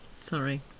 Sorry